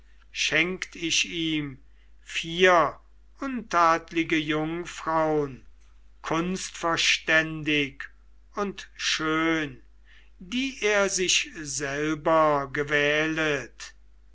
schenkt ich ihm vier untadlige jungfraun kunstverständig und schön die er sich selber gewählet